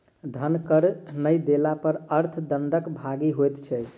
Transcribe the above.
धन कर नै देला पर अर्थ दंडक भागी होइत छै